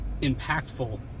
impactful